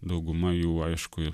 dauguma jų aišku ir